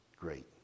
great